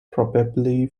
probably